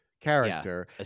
character